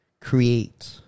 create